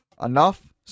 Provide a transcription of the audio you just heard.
enough